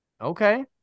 Okay